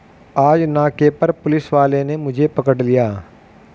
आज नाके पर पुलिस वाले ने मुझे पकड़ लिया